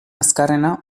azkarrena